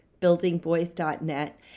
buildingboys.net